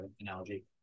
analogy